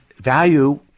value